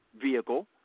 vehicle